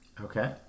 Okay